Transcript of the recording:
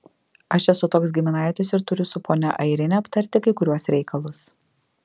aš esu toks giminaitis ir turiu su ponia airine aptarti kai kuriuos reikalus